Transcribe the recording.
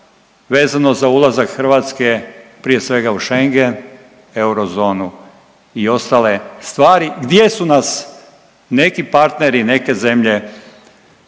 vezano za ulazak Hrvatske prije svega u Schengen, eurozonu i ostale stvari gdje su nas neki partneri, neke zemlje